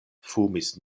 fumis